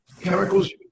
chemicals